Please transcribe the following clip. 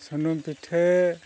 ᱥᱩᱱᱩᱢ ᱯᱤᱴᱷᱟᱹ